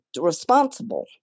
responsible